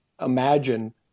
imagine